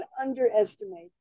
underestimate